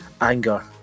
anger